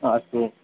हा अस्तु